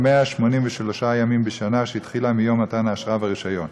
מ-183 ימים בשנה שהתחילה מיום מתן האשרה והרישיון.